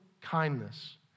kindness